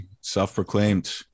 Self-proclaimed